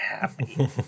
happy